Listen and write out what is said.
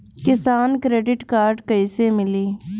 किसान credit card कइसे मिली?